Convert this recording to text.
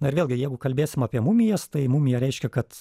na ir vėlgi jeigu kalbėsim apie mumijas tai mumija reiškia kad